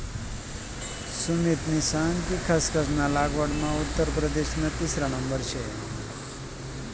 सुमितनी सांग कि खसखस ना लागवडमा उत्तर प्रदेशना तिसरा नंबर शे